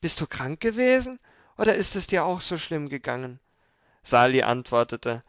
bist du krank gewesen oder ist es dir auch so schlimm gegangen sali antwortete